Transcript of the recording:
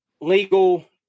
legal